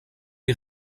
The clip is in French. est